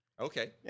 Okay